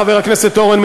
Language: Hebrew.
חבר הכנסת אורן,